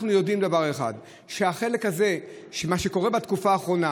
אנחנו יודעים דבר אחד: מה שקורה בתקופה האחרונה